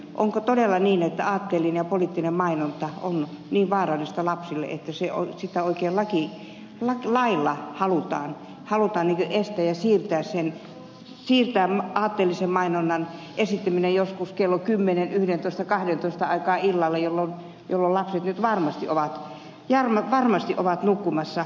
onko todella niin että aatteellinen ja poliittinen mainonta on niin vaarallista lapsille että sitä oikein lailla halutaan estää ja halutaan siirtää aatteellisen mainonnan esiintyminen joskus kello kymmenen yhdentoista kahdentoista aikaan illalla jolloin lapset nyt varmasti ovat nukkumassa